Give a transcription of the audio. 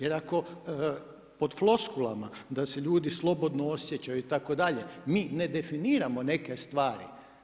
Jer ako pod floskulama, da se ljudi slobodno osjećaju itd. mi ne definiramo neke stvari.